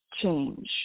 change